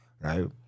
Right